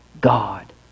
God